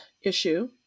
issue